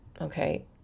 Okay